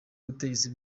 y’ubutegetsi